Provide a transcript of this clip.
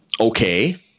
okay